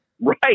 Right